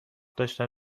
داشتم